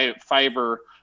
fiber